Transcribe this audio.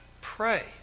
Pray